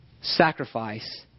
sacrifice